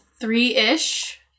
three-ish